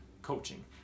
Coaching